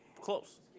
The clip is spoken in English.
close